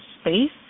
space